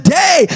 day